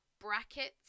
brackets